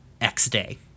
X-Day